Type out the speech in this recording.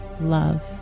love